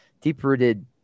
deep-rooted